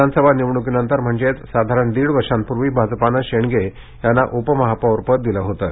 विधानसभा निवडणूकीनंतर म्हणजेच साधारण दीडवर्षापूर्वी भाजपानं शेंडगे यांना उपमहापौरपद दिलं होतं